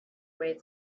way